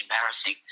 embarrassing